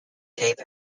tape